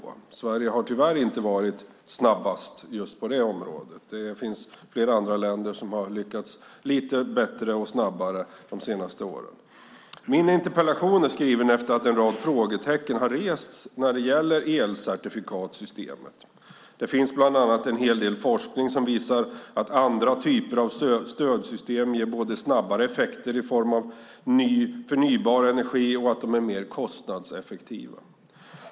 Sverige har tyvärr inte varit snabbast just på det området. Det finns flera andra länder som har lyckats lite bättre och snabbare de senaste åren. Min interpellation är skriven efter att en rad frågetecken har rests när det gäller elcertifikatssystemet. Det finns bland annat en hel del forskning som visar att andra typer av stödsystem ger både snabbare effekter i form av ny förnybar energi och att de är mer kostnadseffektiva.